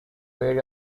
very